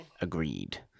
agreed